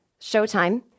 Showtime